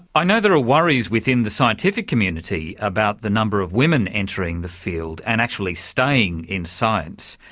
i know there are worries within the scientific community about the number of women entering the field and actually staying in science.